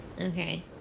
Okay